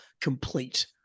complete